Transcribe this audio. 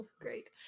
Great